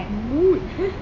mood